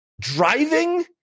driving